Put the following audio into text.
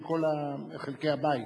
כל חלקי הבית?